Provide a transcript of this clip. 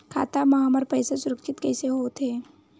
खाता मा हमर पईसा सुरक्षित कइसे हो थे?